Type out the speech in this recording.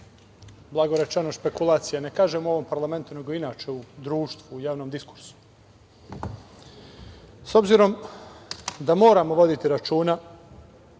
blago rečeno, špekulacija. Ne kažem u ovom parlamentu, nego inače u društvu, u javnom diskursu.S obzirom, da moramo voditi računa